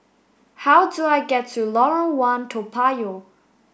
how do I get to Lorong one Toa Payoh